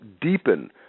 deepen